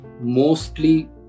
mostly